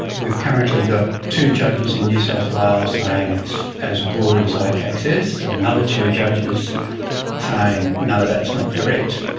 we've currently got two judges in new south wales saying it's as broad as icac says, and another two judges saying no, that's not correct.